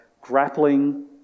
grappling